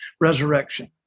resurrection